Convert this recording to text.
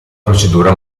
procedura